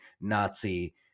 Nazi